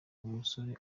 umusore